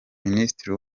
minisitiri